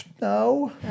No